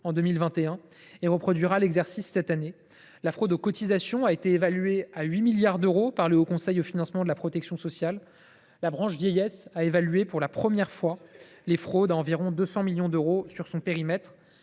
en 2021 et reproduira l’exercice cette année. La fraude aux cotisations a été évaluée à 8 milliards d’euros par le Haut Conseil pour le financement de la protection sociale. La branche vieillesse a évalué pour la première fois les fraudes à environ 200 millions d’euros sur son périmètre.